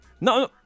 No